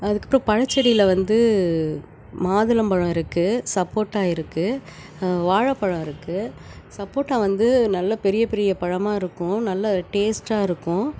அதுக்கப்பறோம் பழச்செடியில் வந்து மாதுளம்பழம் இருக்குது சப்போட்டா இருக்குது வாழைப்பழம் இருக்குது சப்போட்டா வந்து நல்ல பெரிய பெரிய பழமா இருக்கும் நல்ல டேஸ்ட்டாக இருக்கும்